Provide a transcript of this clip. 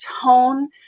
tone